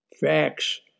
Facts